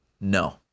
no